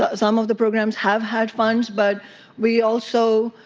ah some of the programs have had funds, but we also,